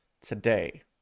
today